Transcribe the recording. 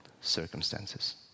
circumstances